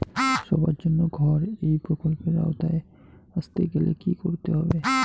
সবার জন্য ঘর এই প্রকল্পের আওতায় আসতে গেলে কি করতে হবে?